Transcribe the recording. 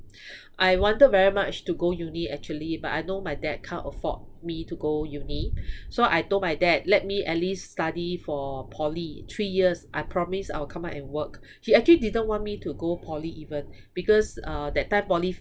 I wanted very much to go uni actually but I know my dad can't afford me to go uni so I told my dad let me at least study for poly three years I promise I will come out and work he actually didn't want me to go poly even because uh that time poly